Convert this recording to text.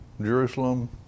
Jerusalem